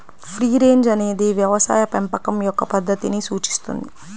free range అనేది వ్యవసాయ పెంపకం యొక్క పద్ధతిని సూచిస్తుంది